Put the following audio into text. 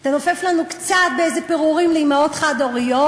תנופף לנו בקצת פירורים לאימהות חד-הוריות,